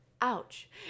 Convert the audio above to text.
ouch